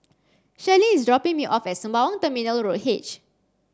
Shirlene is dropping me off at Sembawang Terminal Road H